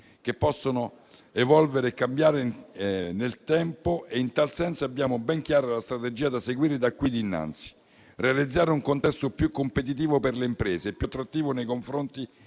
che possono evolvere e cambiare nel tempo. In tal senso, abbiamo ben chiara la strategia da seguire da qui innanzi: realizzare un contesto più competitivo per le imprese e più attrattivo nei confronti